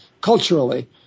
culturally